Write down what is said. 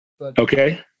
Okay